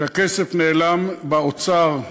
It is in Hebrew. שהכסף נעלם באוצר,